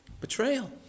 Betrayal